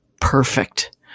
perfect